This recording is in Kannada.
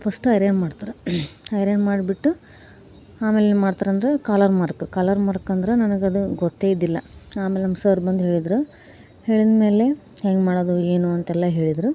ಫಸ್ಟ್ ಐರನ್ ಮಾಡ್ತಾರೆ ಐರನ್ ಮಾಡಿಬಿಟ್ಟು ಆಮೇಲೆ ಏನು ಮಾಡ್ತಾರೆಂದ್ರೆ ಕಾಲರ್ ಮಾರ್ಕ್ ಕಾಲರ್ ಮಾರ್ಕ್ ಅಂದ್ರೆ ನನಗೆ ಅದು ಗೊತ್ತೇ ಇದ್ದಿಲ್ಲ ಆಮೇಲೆ ನಮ್ಮ ಸರ್ ಬಂದು ಹೇಳಿದ್ರು ಹೇಳಿದ ಮೇಲೆ ಹೇಗೆ ಮಾಡೋದು ಏನು ಅಂತೆಲ್ಲ ಹೇಳಿದ್ರು